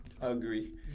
Agree